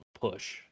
push